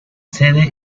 sede